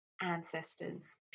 ancestors